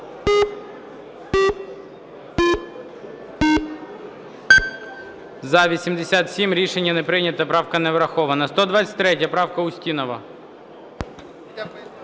За-87 Рішення не прийнято. Правка не врахована. 123 правка, Устінова.